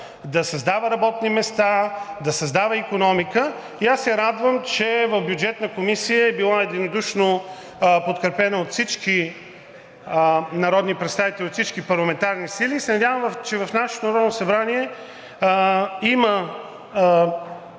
да създава работни места, да създава икономика и аз се радвам, че в Бюджетната комисия е било единодушно подкрепено от всички народни представители, от всички парламентарни сили. И се надявам, че в нашето Народно събрание има